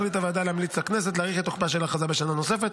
החליטה הוועדה להמליץ לכנסת להאריך את תוקפה של ההכרזה בשנה נוספת,